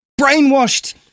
brainwashed